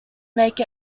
make